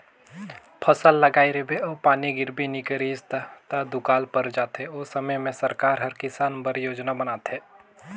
फसल लगाए रिबे अउ पानी गिरबे नी करिस ता त दुकाल पर जाथे ओ समे में सरकार हर किसान बर योजना बनाथे